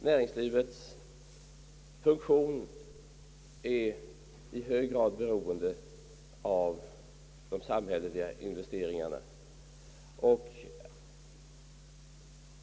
Näringslivets funktion är i hög grad beroende av de samhälleliga investeringarna.